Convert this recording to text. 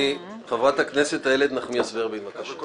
חברת הכנסת איילת נחמיאס ורבין, בבקשה.